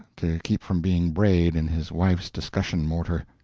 to keep from being brayed in his wife's discussion-mortar.